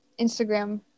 Instagram